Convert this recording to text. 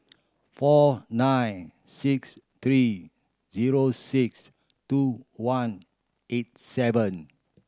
four nine six three zero six two one eight seven